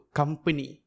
company